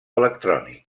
electrònic